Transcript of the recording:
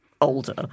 older